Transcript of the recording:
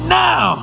now